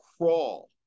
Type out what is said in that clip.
crawl